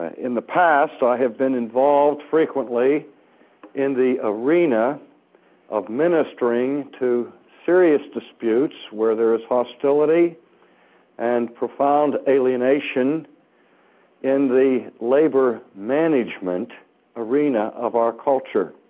ah in the past, i have been involved frequently in the arena of ministering to serious disputes where there is hostility and profound alienation in the labor management arena of our culture.